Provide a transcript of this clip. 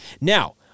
now